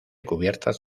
cubiertas